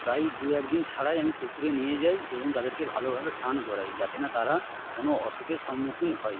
প্রায়ই দুএক দিন ছাড়াই আমি পুকুরে নিয়ে যাই এবং তাদেরকে ভালোভাবে স্নান করাই যাতে না তারা কোনো অসুখের সম্মুখীন হয়